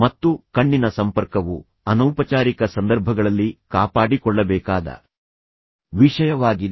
ಮತ್ತು ಕಣ್ಣಿನ ಸಂಪರ್ಕವು ಅನೌಪಚಾರಿಕ ಸಂದರ್ಭಗಳಲ್ಲಿ ಕಾಪಾಡಿಕೊಳ್ಳಬೇಕಾದ ವಿಷಯವಾಗಿದೆ